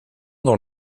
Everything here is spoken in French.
dans